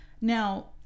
Now